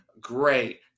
Great